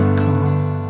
come